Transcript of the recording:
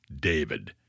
David